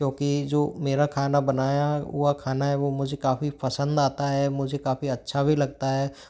क्योंकि जो मेरा खाना बनाया हुआ खाना है वो मुझे काफ़ी पसंद आता है मुझे काफ़ी अच्छा भी लगता है